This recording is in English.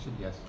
yes